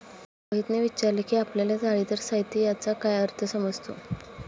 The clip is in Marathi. मोहितने विचारले की आपल्याला जाळीदार साहित्य याचा काय अर्थ समजतो?